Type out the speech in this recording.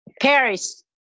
Paris